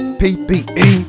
ppe